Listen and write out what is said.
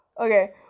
Okay